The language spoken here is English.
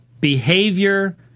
behavior